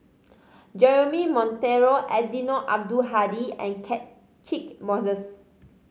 Jeremy Monteiro Eddino Abdul Hadi and Catchick Moses